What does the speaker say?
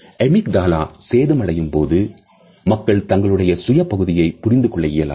amygdala சேதமடையும் போது மக்கள் தங்களுடைய சுய பகுதியை புரிந்து கொள்ள இயலாது